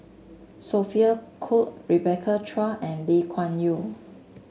Sophia Cooke Rebecca Chua and Lee Kuan Yew